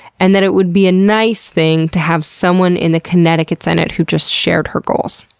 and that it would be a nice thing to have someone in the connecticut senate who just shared her goals.